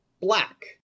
black